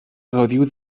gaudiu